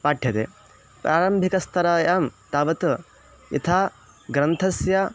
पाठ्यते प्रारम्भिकस्तरायां तावत् यथा ग्रन्थस्य